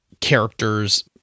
characters